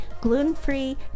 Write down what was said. gluten-free